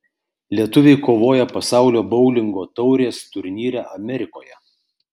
lietuviai kovoja pasaulio boulingo taurės turnyre amerikoje